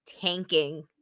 tanking